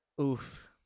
oof